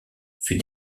fut